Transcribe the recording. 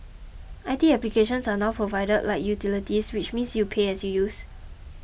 I T applications are now provided like utilities which means you pay as you use